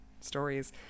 stories